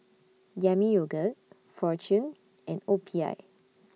Yami Yogurt Fortune and O P I